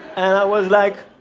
and i was like,